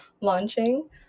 launching